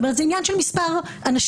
זה עניין של מספר אנשים.